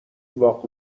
واق